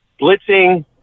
blitzing